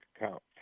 account